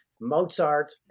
Mozart